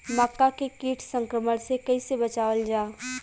मक्का के कीट संक्रमण से कइसे बचावल जा?